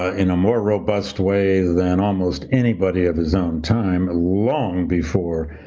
ah in a more robust way than almost anybody of his own time. long before